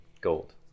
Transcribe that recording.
gold